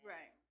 Right